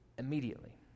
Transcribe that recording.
immediately